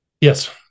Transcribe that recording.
yes